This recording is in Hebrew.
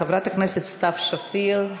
חברת הכנסת סתיו שפיר.